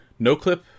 Noclip